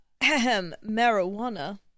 marijuana